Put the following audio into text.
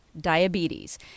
diabetes